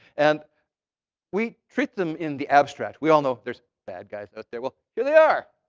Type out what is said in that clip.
and we treat them in the abstract. we all know there's bad guys out there. well, here they are.